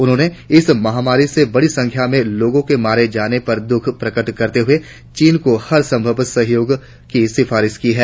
उन्होंने इस महामारी से बड़ी संख्या में लोगों के मारे जाने पर दुख प्रकट करते हुए चीन को हर संभव सहयोग की पेशकश की है